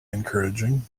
encouraging